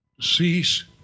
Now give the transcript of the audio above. cease